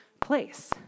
place